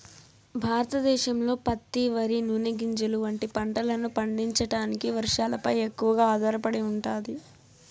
భారతదేశంలో పత్తి, వరి, నూనె గింజలు వంటి పంటలను పండించడానికి వర్షాలపై ఎక్కువగా ఆధారపడి ఉంటాది